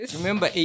Remember